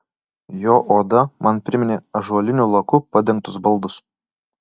jo oda man priminė ąžuoliniu laku padengtus baldus